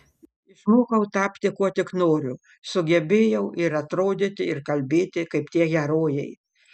išmokau tapti kuo tik noriu sugebėjau ir atrodyti ir kalbėti kaip tie herojai